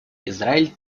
израиль